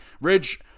Ridge